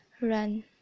Run